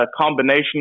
combination